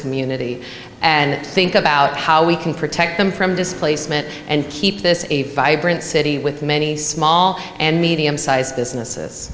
community and think about how we can protect them from displacement and keep this a vibrant city with many small and medium sized businesses